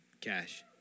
cash